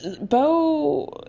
Bo